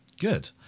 Good